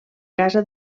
casa